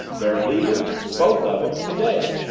they're leaving. both of em. today.